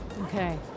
Okay